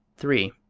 three.